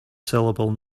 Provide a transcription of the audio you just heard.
syllable